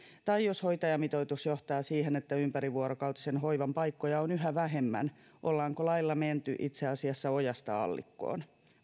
tai jos hoitajamitoitus johtaa siihen että ympärivuorokautisen hoivan paikkoja on yhä vähemmän ollaanko lailla menty itse asiassa ojasta allikkoon